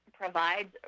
provides